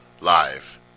live